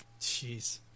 Jeez